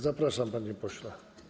Zapraszam, panie pośle.